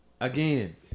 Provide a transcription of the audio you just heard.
Again